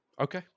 Okay